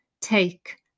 take